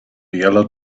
yellow